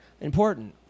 important